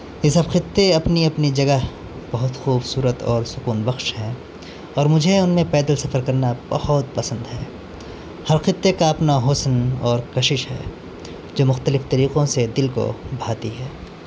یہ سب خطے اپنی اپنی جگہ بہت خوبصورت اور سکون بخش ہیں اور مجھے ان میں پیدل سفر کرنا بہت پسند ہے ہر خطے کا اپنا حسن اور کشش ہے جو مختلف طریقوں سے دل کو بھاتی ہے